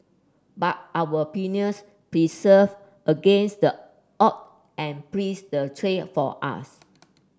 but our pioneers persevered against the odd and breeze the trail for us